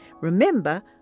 Remember